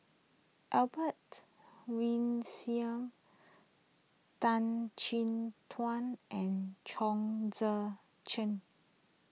Albert Tan Chin Tuan and Chong Tze Chien